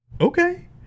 Okay